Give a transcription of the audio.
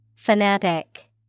Fanatic